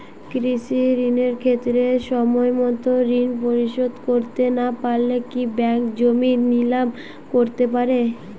কৃষিঋণের ক্ষেত্রে সময়মত ঋণ পরিশোধ করতে না পারলে কি ব্যাঙ্ক জমি নিলাম করতে পারে?